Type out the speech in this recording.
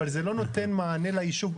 אבל זה לא נותן מענה ליישוב.